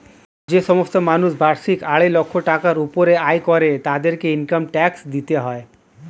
যে সমস্ত মানুষ বার্ষিক আড়াই লাখ টাকার উপরে আয় করে তাদেরকে ইনকাম ট্যাক্স দিতে হয়